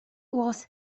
was